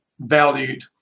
valued